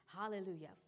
Hallelujah